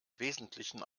wesentlichen